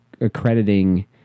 accrediting